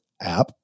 app